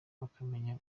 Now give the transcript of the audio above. bakamenya